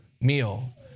meal